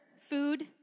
food